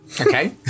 Okay